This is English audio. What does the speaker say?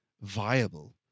viable